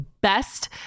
best